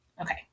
Okay